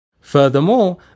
Furthermore